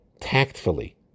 tactfully